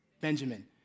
Benjamin